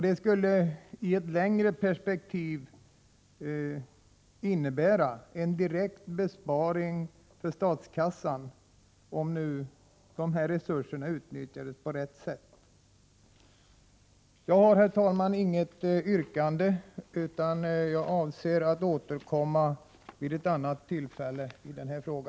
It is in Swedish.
Det skulle i ett längre perspektiv innebära en direkt besparing för statskassan, om nu resurserna utnyttjades på rätt sätt. Jag har, herr talman, inget yrkande, utan jag avser att återkomma till den här frågan vid ett annat tillfälle.